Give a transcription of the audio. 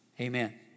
amen